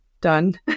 done